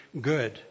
good